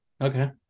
Okay